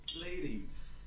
Ladies